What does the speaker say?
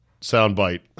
soundbite